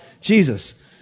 Jesus